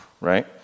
right